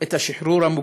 את השחרור המוקדם.